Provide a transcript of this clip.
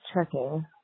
checking